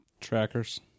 trackers